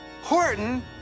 Horton